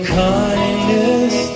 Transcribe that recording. kindness